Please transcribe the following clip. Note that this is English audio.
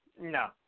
No